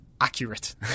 Accurate